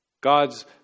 God's